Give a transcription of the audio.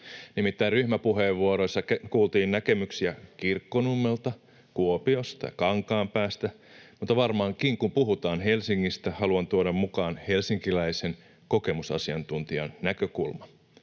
Nimittäin ryhmäpuheenvuoroissa kuultiin näkemyksiä Kirkkonummelta, Kuopiosta ja Kankaanpäästä, mutta varmaankin kun puhutaan Helsingistä, haluan tuoda mukaan helsinkiläisen kokemusasiantuntijan näkökulman.